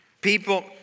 People